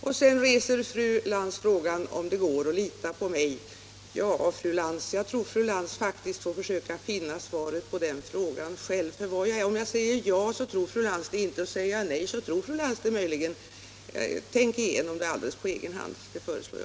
Slutligen reser fru Lantz frågan om det går att lita på mig. Ja, fru Lantz, jag tror faktiskt att fru Lantz får försöka finna svaret på den frågan på egen hand. Om jag säger ja, tror fru Lantz inte på mig — möjligen gör hon det om jag säger nej.